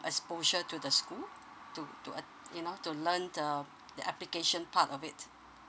exposure to the school to to you know to learn um the application part of it